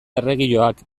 erregioak